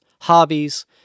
hobbies